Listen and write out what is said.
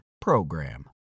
PROGRAM